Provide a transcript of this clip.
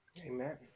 Amen